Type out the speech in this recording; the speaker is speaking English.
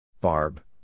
Barb